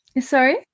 Sorry